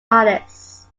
artist